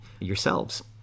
yourselves